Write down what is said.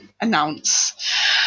announce